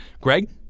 Greg